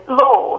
law